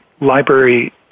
library